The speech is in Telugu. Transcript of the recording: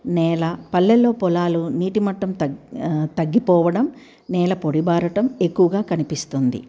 నేల పల్లెల్లో పొలాలు నీటి మట్టం తగ్ తగ్గిపోవడం నేల పొడిబారటం ఎక్కువగా కనిపిస్తుంది